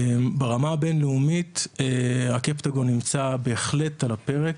ברמה הבינלאומית, הקפטגון נמצא בהחלט על הפרק.